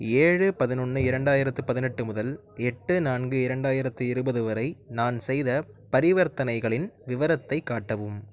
ஏழு பதினொன்று இரண்டாயிரத்து பதினெட்டு முதல் எட்டு நான்கு இரண்டாயிரத்தி இருபது வரை நான் செய்த பரிவர்த்தனைகளின் விவரத்தை காட்டவும்